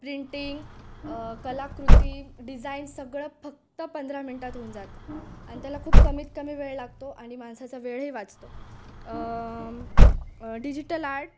printing कलाकृती design सगळं फक्त पंधरा मिनटात होऊन जातं अन त्याला खूप कमीत कमी वेळ लागतो आणि माणसाचा वेळही वाचतो डिजिटल आर्ट